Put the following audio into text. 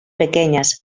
pequeñas